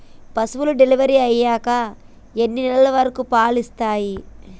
పశువులు డెలివరీ అయ్యాక ఎన్ని నెలల వరకు పాలు ఇస్తాయి?